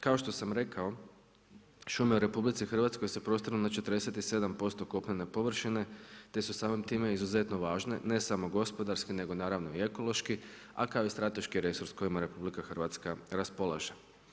Kao što sam rekao, šume u RH, se prostiru na 47% kopnene površine, te su samim time izuzetno važne, ne smo gospodarski, nego naravno i ekološki, a i kao strateški resurs, kojima RH raspolaže.